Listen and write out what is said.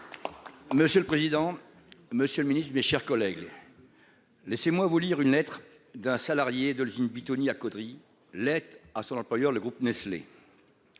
Monsieur le président. Monsieur le Ministre, mes chers collègues. Laissez-moi vous lire une lettre d'un salarié de l'usine Buitoni à Caudry l'être à son employeur, le groupe Nestlé.